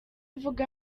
avuga